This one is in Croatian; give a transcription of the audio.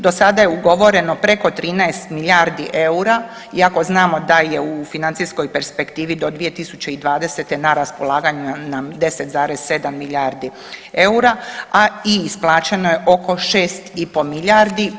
Do sada je ugovoreno preko 13 milijardi EUR-a iako znamo da je u financijskoj perspektivi do 2020. na raspolaganju nam 10,7 milijardi EUR-a, a i isplaćeno je oko 6,5 milijardi.